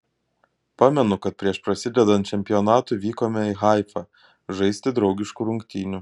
pamenu kad prieš prasidedant čempionatui vykome į haifą žaisti draugiškų rungtynių